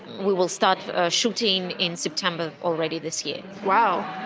we will start shooting in september already this year. wow!